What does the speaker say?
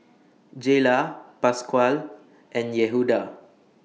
Jayla Pasquale and Yehuda